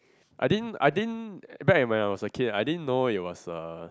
I didn't I didn't back in when I was a kid I didn't know it was a